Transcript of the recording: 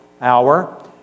hour